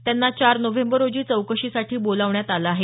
त्यांना चार नोव्हेंबर रोजी चौकशीसाठी बोलावण्यात आलं आहे